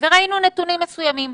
וראינו נתונים מסוימים.